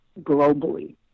globally